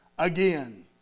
Again